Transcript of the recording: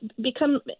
become